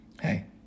hey